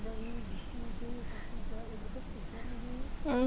mm